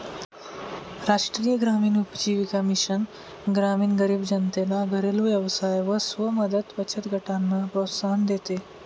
राष्ट्रीय ग्रामीण उपजीविका मिशन ग्रामीण गरीब जनतेला घरेलु व्यवसाय व स्व मदत बचत गटांना प्रोत्साहन देते